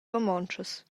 romontschas